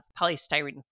polystyrene